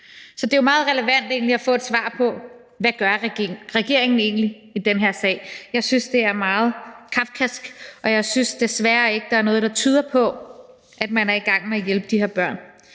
Så det er jo meget relevant at få et svar på, hvad regeringen egentlig gør i den her sag. Jeg synes, det er meget kafkask, og jeg synes desværre ikke, at der er noget, der tyder på, at man er i gang med at hjælpe de her børn.